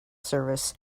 service